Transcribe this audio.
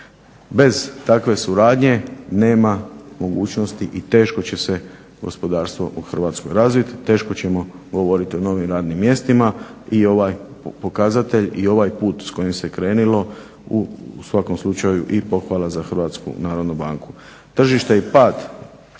Bez takve suradnje nema mogućnosti i teško će se gospodarstvo u Hrvatskoj razvit, teško ćemo govorit o novim radnim mjestima i ovaj pokazatelj, i ovaj put s kojim se krenulo u svakom slučaju i pohvala za HNB. Tržište